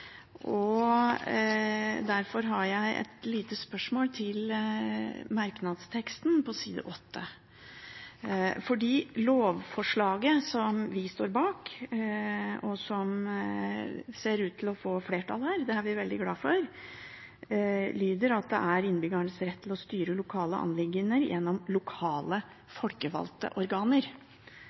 og konstitusjonskomiteen. Derfor har jeg et lite spørsmål til merknadsteksten på side 8 i innstillingen. Lovforslaget som vi står bak, og som ser ut til å få flertall her – det er vi veldig glade for – lyder at innbyggerne har rett til å styre lokale anliggender gjennom lokale